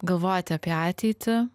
galvoti apie ateitį